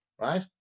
right